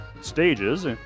stages